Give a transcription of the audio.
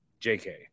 JK